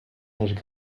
mèches